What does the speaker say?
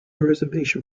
reservation